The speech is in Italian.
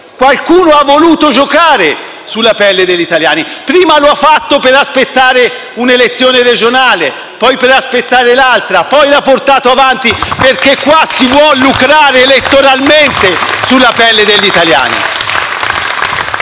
Qualcuno ha voluto giocare sulla pelle degli italiani, prima per aspettare un'elezione regionale, poi per aspettarne un'altra, poi, ha portato la situazione avanti perché si vuole lucrare elettoralmente sulla pelle degli italiani.